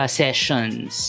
sessions